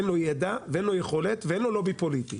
לו ידע ואין לו יכולת ואין לו לובי פוליטי.